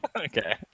Okay